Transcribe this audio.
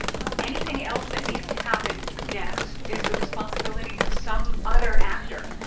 anything else that needs to happen next is the responsibility of some other actor,